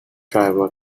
driver